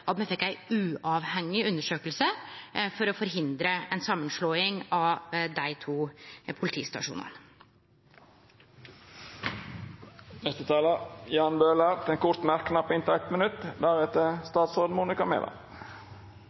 at me fekk ei uavhengig undersøking, for å forhindre ei samanslåing av dei to politistasjonane. Jan Bøhler har hatt ordet to gonger tidlegare og får ordet til ein kort merknad, avgrensa til 1 minutt.